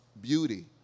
beauty